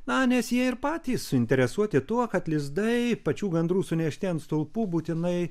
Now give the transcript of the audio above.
na nes jie ir patys suinteresuoti tuo kad lizdai pačių gandrų sunešti ant stulpų būtinai